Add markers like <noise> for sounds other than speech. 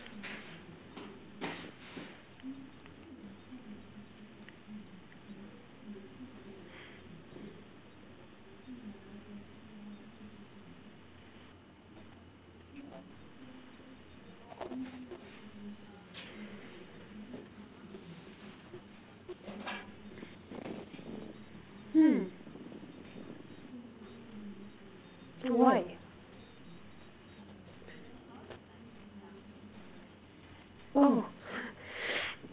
hmm why oh <laughs>